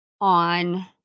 on